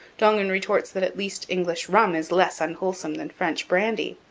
dongan retorts that at least english rum is less unwholesome than french brandy.